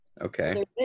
Okay